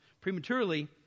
prematurely